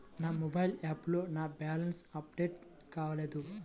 నా మొబైల్ యాప్లో నా బ్యాలెన్స్ అప్డేట్ కాలేదు